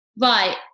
right